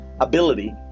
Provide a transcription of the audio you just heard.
ability